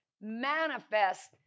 manifest